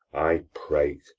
i prate,